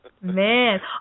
Man